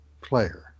player